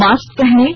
mask पहनें